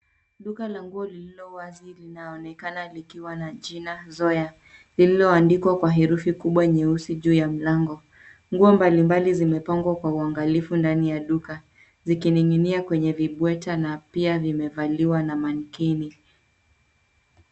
Duka la nguo lililo wazi linaonekana likiwa na jina, zoya, lililoandikwa kwa herufi kubwa nyeusi juu ya mlango. Nguo mbalimbali zimepangwa kwa uangalifu ndani ya duka zikining'inia kwenye vibweta na pia zimevaliwa na manequinn .